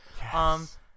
Yes